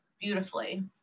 beautifully